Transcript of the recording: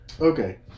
okay